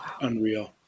Unreal